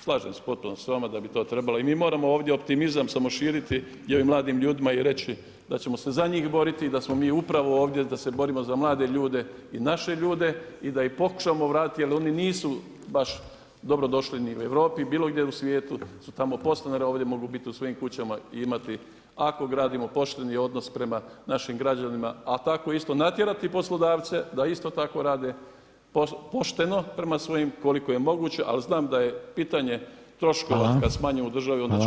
slažem se potpuno s vama da bi to trebalo i mi moramo ovdje optimizam samo širiti i ovim mladim ljudima i reći da ćemo se za njih boriti i da smo mi upravo ovdje da se borimo za mlade ljude i naše ljude i da ih pokušamo vratiti jer oni nisu baš dobro došli ni u Europi, bilo gdje u svijetu su tamo podstanari, a ovdje mogu biti u svojim kućama i imati, ako gradimo pošteni odnos prema našim građanima, a tako isto natjerati poslodavce da isto tako rade pošteno prema svojim koliko je moguće, al znam da je pitanje troškova kad smanjimo u državi, onda ćemo imati sve.